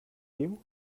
you